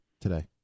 today